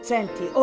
Senti